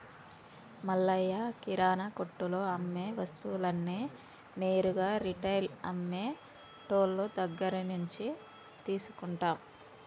మల్లయ్య కిరానా కొట్టులో అమ్మే వస్తువులన్నీ నేరుగా రిటైల్ అమ్మె టోళ్ళు దగ్గరినుంచే తీసుకుంటాం